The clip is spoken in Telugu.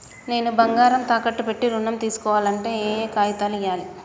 నేను బంగారం తాకట్టు పెట్టి ఋణం తీస్కోవాలంటే ఏయే కాగితాలు ఇయ్యాలి?